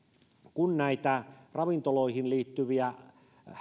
kun näitä ravintoloihin liittyviä